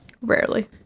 Rarely